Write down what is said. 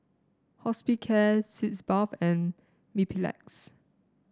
Hospicare Sitz Bath and Mepilex